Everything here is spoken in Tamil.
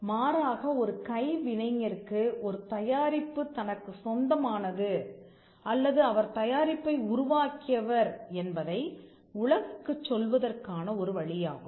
மாறாக ஒரு கைவினைஞருக்கு ஒரு தயாரிப்பு தனக்கு சொந்தமானது அல்லது அவர் தயாரிப்பை உருவாக்கியவர் என்பதை உலகுக்குச் சொல்வதற்கான ஒரு வழியாகும்